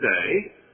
today